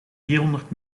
vierhonderd